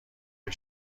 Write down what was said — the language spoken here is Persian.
پول